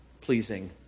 pleasing